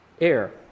air